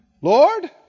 Lord